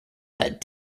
had